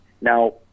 Now